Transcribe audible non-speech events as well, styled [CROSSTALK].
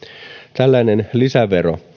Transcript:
tällainen lisävero [UNINTELLIGIBLE]